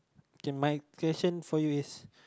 okay my question for you is